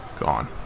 gone